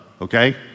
Okay